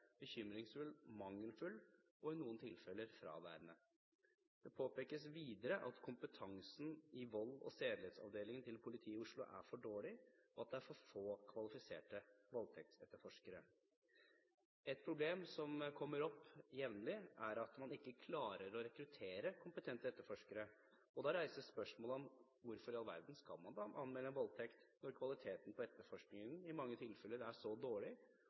bekymringsfull, mangelfull og i noen tilfeller fraværende. Det påpekes videre at kompetansen ved volds- og sedelighetsavdelingen til politiet i Oslo er for dårlig, og at det er for få kvalifiserte voltektsetterforskere. Et problem som kommer opp jevnlig, er at man ikke klarer å rekruttere kompetente etterforskere. Da reises spørsmålet om hvorfor i all verden man skal anmelde en voldtekt når kvaliteten på etterforskningen i mange tilfeller er så dårlig,